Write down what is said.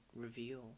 reveal